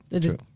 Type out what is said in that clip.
True